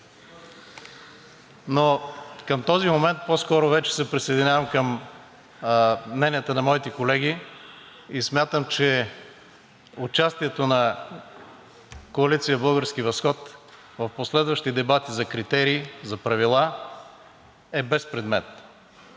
Но към този момент по-скоро вече се присъединявам към мненията на моите колеги и смятам, че участието на Коалиция „Български възход“ в последващи дебати за критерии, за правила е безпредметно.